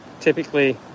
typically